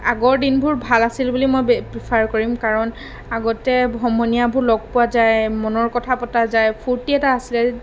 আগৰ দিনবোৰ ভাল আছিল বুলি মই প্ৰিফাৰ কৰিম কাৰণ আগতে সমনীয়াবোৰ লগ পোৱা যায় মনৰ কথা পতা যায় ফূৰ্তি এটা আছিলে